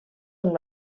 amb